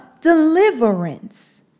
deliverance